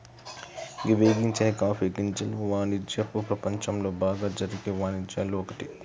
గీ వేగించని కాఫీ గింజల వానిజ్యపు ప్రపంచంలో బాగా జరిగే వానిజ్యాల్లో ఒక్కటి